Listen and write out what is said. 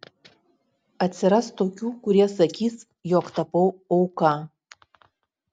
atsiras tokių kurie sakys jog tapau auka